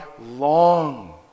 long